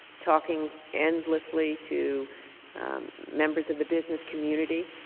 talking endlessly to members of the business community.